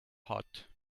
hot